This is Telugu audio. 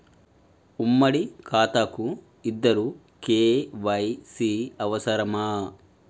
ఉమ్మడి ఖాతా కు ఇద్దరు కే.వై.సీ అవసరమా?